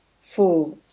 Four